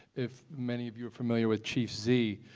if many of you are familiar with chief zee,